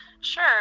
Sure